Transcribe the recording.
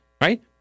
right